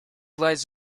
lies